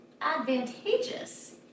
advantageous